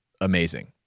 amazing